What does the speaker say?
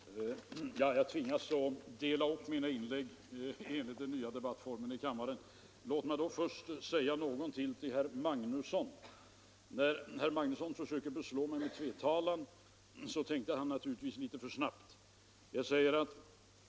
Herr talman! Jag tvingas dela upp mina inlägg enligt den nya debattordningen i kammaren. Låt mig nu först säga någonting till herr Magnusson i Borås. När herr Magnusson försökte beslå mig med tvetalan tänkte han na turligtvis litet för snabbt.